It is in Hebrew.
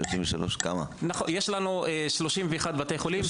נכון, יש לנו 31 בתי חולים.